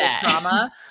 trauma